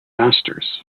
masters